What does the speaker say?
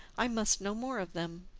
i must know more of them.